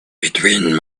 between